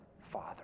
Father